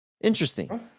Interesting